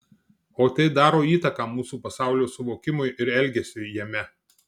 o tai daro įtaką mūsų pasaulio suvokimui ir elgesiui jame